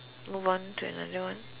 move on to another one